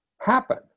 happen